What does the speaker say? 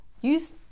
Use